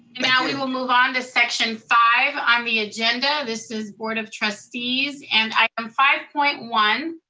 now we will move on to section five on the agenda, this is board of trustees. and item five point one,